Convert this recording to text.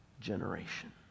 generation